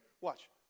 Watch